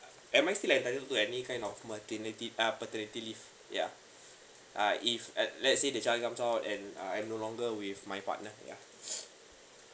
am I still like any kind of maternity uh paternity leave ya uh if uh let say they and uh I'm no longer with my partner ya